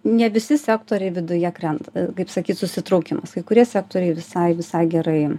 ne visi sektoriai viduje krenta kaip sakyt susitraukimas kai kurie sektoriai visai visai gerai